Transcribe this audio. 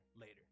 later